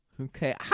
Okay